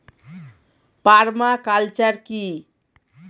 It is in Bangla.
পার্মা কালচার কি?